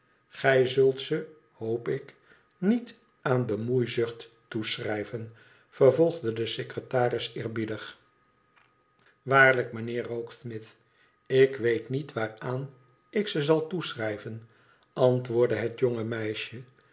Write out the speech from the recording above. gij zult ze hoop ik niet aan bemoeizucht toeschrijven vervolgde de secretaris eerbiedig waarlijk mijnheer rokesmith ik weet niet waaraan ik ze zal toeschrijven antwoordde het jonge meisje